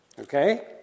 Okay